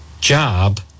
job